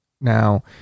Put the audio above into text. Now